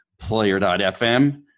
Player.fm